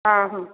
ହଁ ହଁ